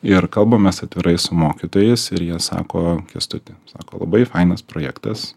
ir kalbamės atvirai su mokytojais ir jie sako kęstuti sako labai fainas projektas